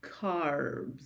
carbs